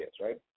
right